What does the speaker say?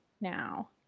now